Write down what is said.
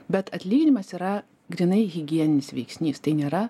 bet atlyginimas yra grynai higieninis veiksnys tai nėra